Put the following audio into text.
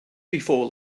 before